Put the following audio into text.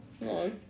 No